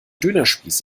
dönerspieß